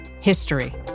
history